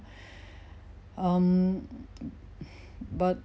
um but